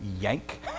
Yank